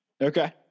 Okay